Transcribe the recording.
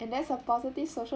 and that's a positive social